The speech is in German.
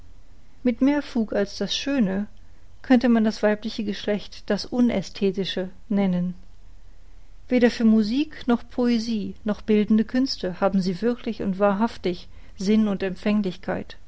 mit mehr fug als das schöne könnte man das weibliche geschlecht das unästhetische nennen weder für musik noch poesie noch bildende künste haben sie wirklich und wahrhaftig sinn und